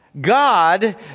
God